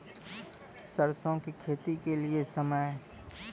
सरसों की खेती के लिए समय?